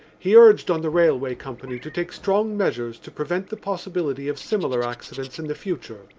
he urged on the railway company to take strong measures to prevent the possibility of similar accidents in the future.